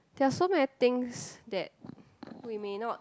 there're so many things that we may not